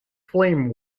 flame